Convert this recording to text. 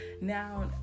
now